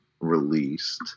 released